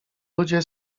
ludzie